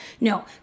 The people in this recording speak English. No